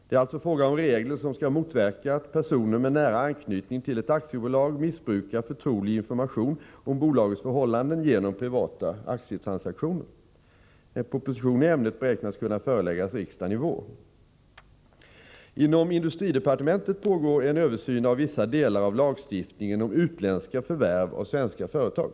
Det är alltså fråga om regler som skall motverka att personer med nära anknytning till ett aktiebolag missbrukar förtrolig information om bolagets förhållanden genom privata aktietransaktioner. En proposition i ämnet beräknas kunna föreläggas riksdagen i vår. Oo Inom industridepartementet pågår en översyn av vissa delar av lagstiftningen om utländska förvärv av svenska företag.